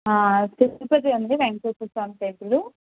తిరుపతాండి Venkateswara Swamy టెంపులూ